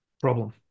problem